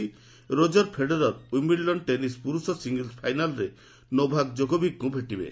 Roger Federer Wimbledon tennis ପୁରୁଷ singles ଫାଇନାଲ୍ରେ Novak ଜୋକୋଭିଚ୍ଙ୍କୁ ଭେଟିବେ